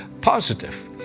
positive